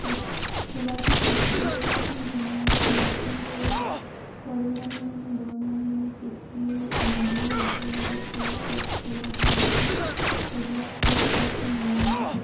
পেট চলা বা পেট হেৰি হোৱাত যেনে মছন্দৰী সৰু মানিমুনি বৰ মানিমুনি পিঁচি মধুৰি আগৰ লগত খালে পেট চলা ভাল হয় সেইবিলাক খালে পেট নিৰাময় থাকে